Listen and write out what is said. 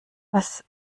was